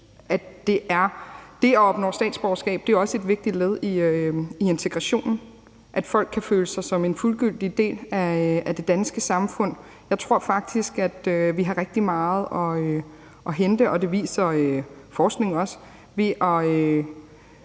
Det at opnå statsborgerskab er også et vigtigt led i integrationen, fordi folk kan føle sig som en fuldgyldig del af det danske samfund. Jeg tror faktisk, at vi har rigtig meget at hente – og det viser forskningen også – ved at